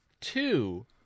two